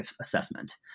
assessment